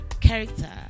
character